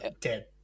dead